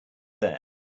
there